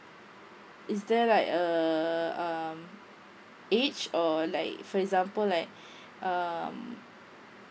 is there like a um age or like for example like um